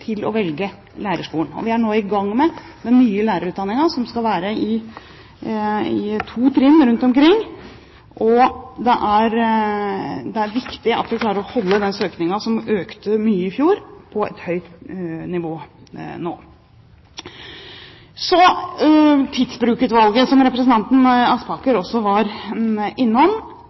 til å velge lærerskolen. Vi er nå i gang med den nye lærerutdanningen, som skal være i to trinn rundt omkring, og det er viktig at vi klarer å holde søkningen, som økte mye i fjor, på et høyt nivå. Så til Tidsbrukutvalget, som representanten Aspaker var innom.